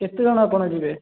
କେତେ ଜଣ ଆପଣ ଯିବେ